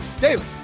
Daily